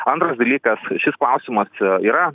antras dalykas šis klausimas yra